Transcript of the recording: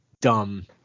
dumb